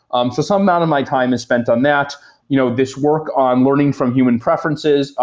um so some amount of my time is spent on that you know this work on learning from human preferences,